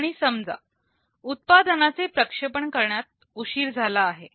आणि समजा उत्पादनाचे प्रक्षेपण करण्यात उशीर झाला आहे